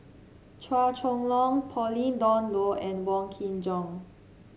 Chua Chong Long Pauline Dawn Loh and Wong Kin Jong